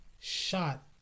shot